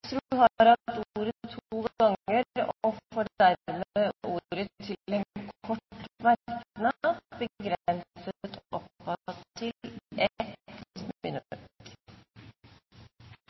regjeringa har stått bak. Ketil Solvik-Olsen har hatt ordet to ganger og får ordet til en kort merknad,